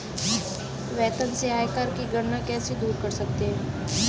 वेतन से आयकर की गणना कैसे दूर कर सकते है?